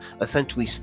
essentially